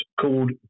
called